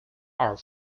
are